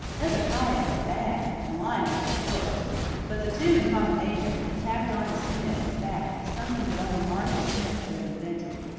hezekiah is bad, and lionel is worse but the two in combination, and tacked on to smith at that, is something that only martha smith could have invented.